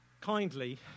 kindly